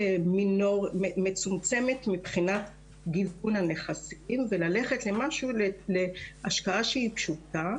מצומצמת מבחינת גיוון הנכסים וללכת להשקעה שהיא פשוטה,